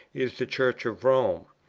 is the church of rome.